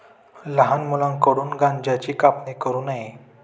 लहान मुलांकडून गांज्याची कापणी करू नये